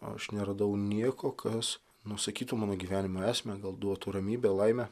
aš neradau nieko kas nusakytų mano gyvenimo esmę gal duotų ramybę laimę